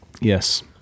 Yes